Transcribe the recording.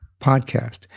podcast